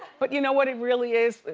but you know what it really is?